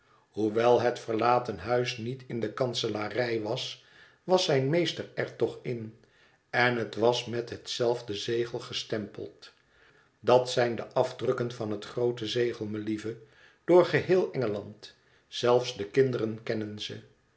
hoewel het verlaten huis niet in de kanselarij was was zijn meester er toch in en het was met hetzelfde zegel gestempeld dat zijn de afdrukken van het groote zegel melieve door geheel en geland zelfs de kinderen kennen ze